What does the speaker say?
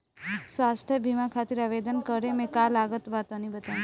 स्वास्थ्य बीमा खातिर आवेदन करे मे का का लागत बा तनि बताई?